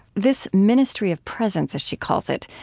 this ministry of presence, as she calls it,